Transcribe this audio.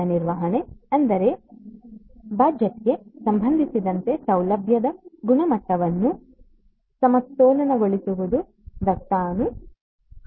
ವೆಚ್ಚ ನಿರ್ವಹಣೆ ಅಂದರೆ ಬಜೆಟ್ಗೆ ಸಂಬಂಧಿಸಿದಂತೆ ಸೌಲಭ್ಯದ ಗುಣಮಟ್ಟವನ್ನು ಸಮತೋಲನಗೊಳಿಸುವುದು ದಾಸ್ತಾನು ಹಳೆಯದಾಗುವುದು